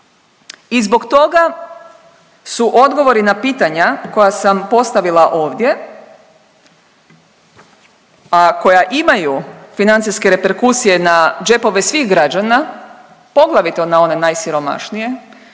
I zbog toga su odgovori na pitanja koja sam postavila ovdje, a koja imaju financijske reperkusije na džepove svih građana, poglavito na one najsiromašnije